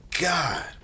God